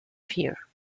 fear